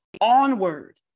Onward